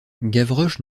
gavroche